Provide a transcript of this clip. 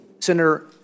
Senator